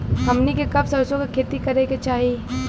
हमनी के कब सरसो क खेती करे के चाही?